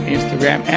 Instagram